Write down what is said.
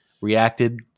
reacted